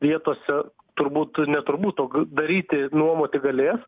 vietose turbūt ne turbūt o daryti nuomoti galės